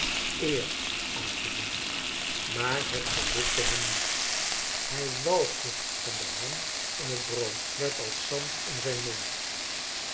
eer aan te doen maar het gelukte hem niet hij walgde van de ham en het brood werd als zand in zijn mond